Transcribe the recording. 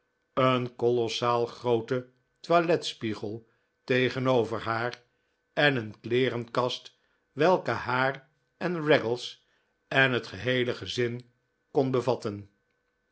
een kolossaal groote toiletspiegel tegenover haar en een kleerenkast welke haar en raggles en het geheele gezin kon bevatten